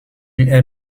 est